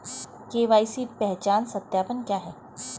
KYC पहचान सत्यापन क्या है?